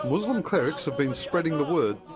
muslim clerics have been spreading the word.